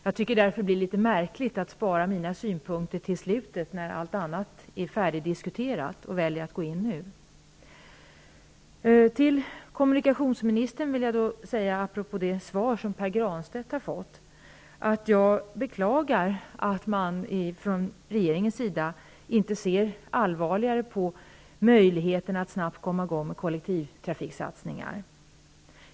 Jag tycker därför att det är litet märkligt att spara mina synpunkter till slutet, när allt annat är färdigdiskuterat. Till kommunikationsministern vill jag apropå det svar som Pär Granstedt har fått säga att jag beklagar att man från regeringens sida inte ser allvarligare på möjligheterna att snabbt komma i gång med kollektivtrafiksatsningar.